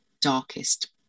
darkest